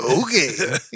Okay